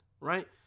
right